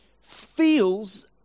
feels